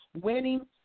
winning